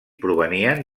provenien